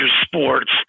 sports